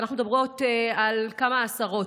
אנחנו מדברות על כמה עשרות.